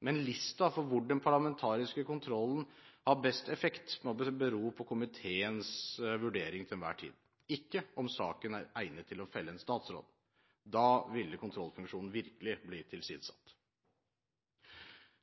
Men lista for hvor den parlamentariske kontrollen har best effekt, må bero på komiteens vurdering til enhver tid, ikke om saken er egnet til å felle en statsråd. Da ville kontrollfunksjonen virkelig bli tilsidesatt.